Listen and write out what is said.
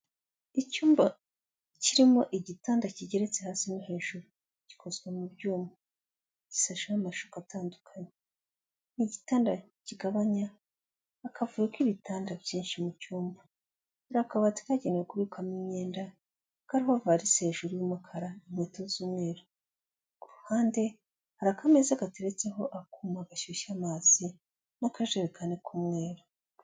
Icyumba kirimo igitanda kigeretse hasi no hejuru, gikozwe mu byuma, gisasheho amashuka atandukanye. Ni igitanda kigabanya akavuyo k'ibitanda byinshi mu cyumba. hari akabati kagenewe kubikwamo imyenda kariho varisi hejuru y'umukara, inkweto z'umweru. Ku ruhande, hari akameza gateretseho akuma gashyushya amazi, n'akajerekani k'umweru.